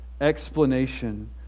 explanation